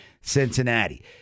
Cincinnati